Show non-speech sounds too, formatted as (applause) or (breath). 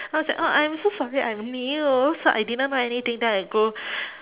then I was like oh I am so sorry I am new so I didn't know anything then I go (breath)